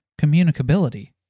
communicability